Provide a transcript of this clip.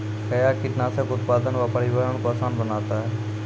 कया कीटनासक उत्पादन व परिवहन को आसान बनता हैं?